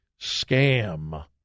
scam